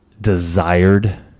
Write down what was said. desired